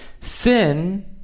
Sin